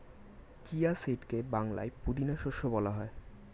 chia সিডকে বাংলায় পুদিনা শস্য বলা হয়